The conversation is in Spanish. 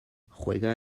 juega